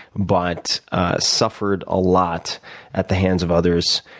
but suffered a lot at the hands of others,